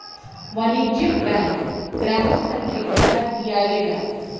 वाणिज्यिक बैंक ग्राहक सन के उधार दियावे ला